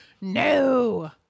No